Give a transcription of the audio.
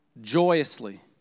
joyously